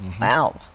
Wow